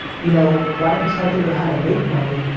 you know, why don't you try to figure out how to make money,